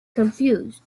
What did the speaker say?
confused